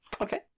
Okay